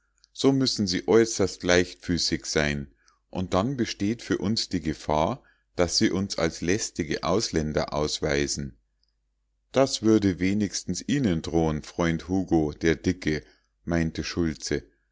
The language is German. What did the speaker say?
so müssen sie äußerst leichtfüßig sein und dann besteht für uns die gefahr daß sie uns als lästige ausländer ausweisen das würde wenigstens ihnen drohen freund hugo der dicke meinte schultze